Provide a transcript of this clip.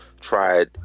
tried